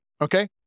Okay